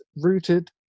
rooted